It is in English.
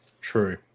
true